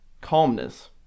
calmness